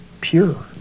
pure